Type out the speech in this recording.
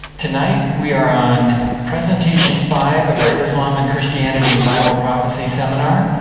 tonight, we are on presentation five of our islam and christianity in bible prophecy seminar.